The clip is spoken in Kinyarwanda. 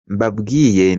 mbabwiye